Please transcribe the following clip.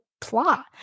plot